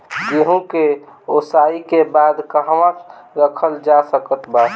गेहूँ के ओसाई के बाद कहवा रखल जा सकत बा?